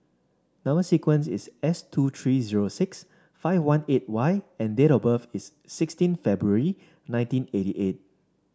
number sequence is S two three zero six five one eight Y and date of birth is sixteen February nineteen eighty eight